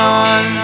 on